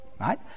right